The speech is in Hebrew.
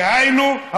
דהיינו,